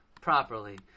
properly